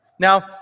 Now